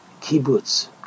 kibbutz